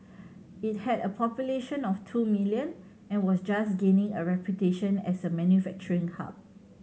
it had a population of two million and was just gaining a reputation as a manufacturing hub